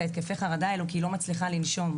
התקפי החרדה האלה כי היא לא מצליחה לנשום.